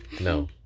no